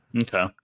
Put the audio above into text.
Okay